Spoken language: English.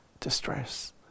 distress